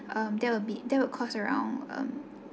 um that will be that will cost around um